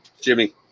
Jimmy